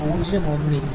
001 inch